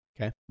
Okay